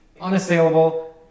unassailable